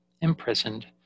imprisoned